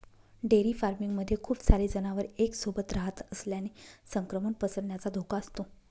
dairy farming मध्ये खूप सारे जनावर एक सोबत रहात असल्याने संक्रमण पसरण्याचा धोका असतो